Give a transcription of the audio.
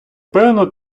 певну